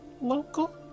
local